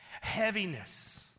heaviness